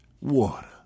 Water